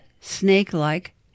snake-like